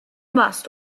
must